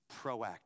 proactive